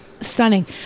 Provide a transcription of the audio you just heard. Stunning